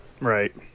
Right